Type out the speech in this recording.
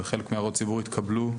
וחלק מהערות ציבור התקבלו,